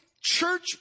church